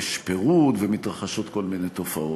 יש פירוד ומתרחשות כל מיני תופעות.